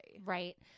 Right